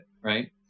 right